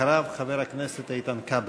אחריו, חבר הכנסת איתן כבל.